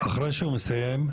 אחרי שהוא יסיים,